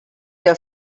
your